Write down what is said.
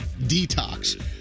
detox